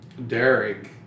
Derek